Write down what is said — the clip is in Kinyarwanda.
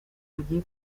bagiye